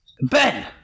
Ben